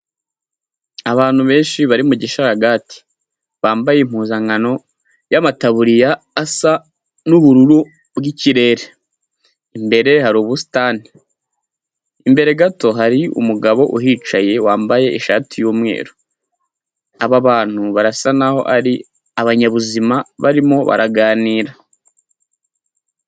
Abantu benshi bari mu gisharagati, bambaye impuzankano yamataburiya asa n'ubururu bw'ikirere, imbere hari ubusitani, imbere gato hari umugabo uhicaye wambaye ishati y'umweru, aba bantu barasa n'aho ari abanyabuzima barimo baraganira.